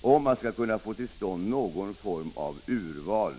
om man skall kunna få till stånd någon form av urval.